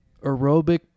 aerobic